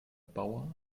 bauer